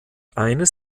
eines